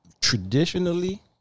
traditionally